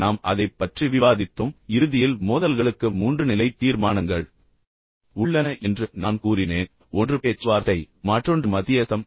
நாங்கள் அதைப் பற்றி விவாதித்தோம் பின்னர் இறுதியில் மோதல்களுக்கு மூன்று நிலை தீர்மானங்கள் உள்ளன என்று நான் கூறினேன் ஒன்று பேச்சுவார்த்தை மற்றொன்று மத்தியஸ்தம்